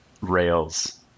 rails